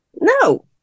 No